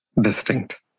Distinct